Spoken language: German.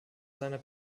seiner